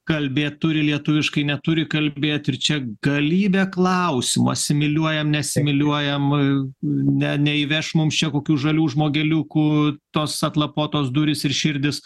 kalbėt turi lietuviškai neturi kalbėt ir čia galybė klausimų asimiliuojam nesimuliuojam ne neįveš mums čia kokių žalių žmogeliukų tos atlapotos durys ir širdys